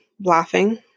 laughing